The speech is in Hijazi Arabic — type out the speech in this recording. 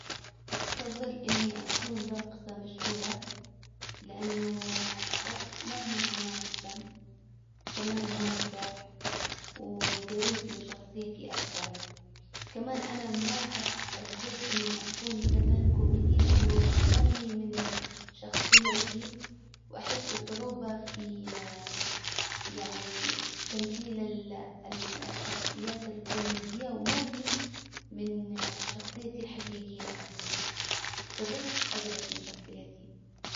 افضل اني اكون راقصة مشهورة. لانه الرقص نوع من انواع الفن. كمان ممتع. وجريب من شخصيتي اكثر. كمان انا ما اقدر اني اكون فنان كوميدي لانه ما هي من شخصيتي واحس صعوبة في يعني تمثيل الشخصيات الكوميدية وما هي من شخصيتي الحجيجية اصلا. في الرقص اقرب من شخصيتي.